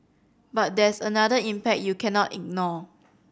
but there's another impact you cannot ignore